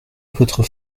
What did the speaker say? votre